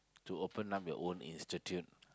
to open up your own institute